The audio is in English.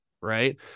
right